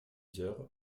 heures